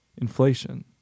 inflation